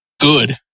good